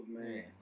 man